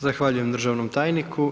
Zahvaljujem državnom tajniku.